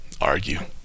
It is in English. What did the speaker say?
argue